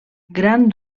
gran